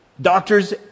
Doctors